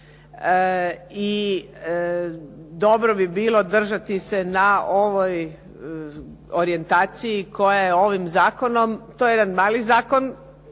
i dobro bi bilo držati se na ovoj orijentaciji koja je ovim zakonom, to je jedan mali zakon,